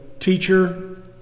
teacher